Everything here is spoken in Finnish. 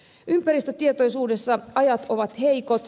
ympäristötietoisuudessa ajat ovat heikot